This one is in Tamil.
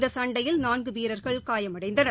இந்தசண்டையில் நான்குவீரர்கள் காயமடைந்தனர்